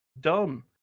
Dumb